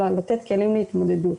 אלא לתת כלים להתמודדות,